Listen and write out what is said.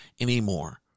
anymore